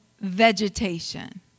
vegetation